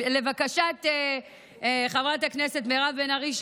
לבקשת חברת הכנסת מירב בן ארי,